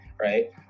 right